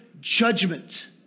judgment